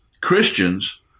Christians